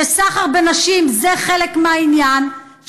שסחר בנשים זה חלק מהעניין,